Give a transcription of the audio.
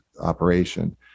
operation